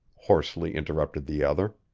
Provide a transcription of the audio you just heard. hoarsely interrupted the other.